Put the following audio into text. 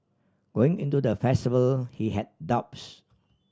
went into the festival he had doubts